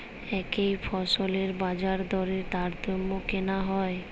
একই ফসলের বাজারদরে তারতম্য কেন হয়?